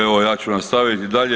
Evo, ja ću nastaviti dalje.